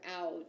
out